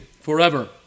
forever